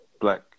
black